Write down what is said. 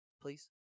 Please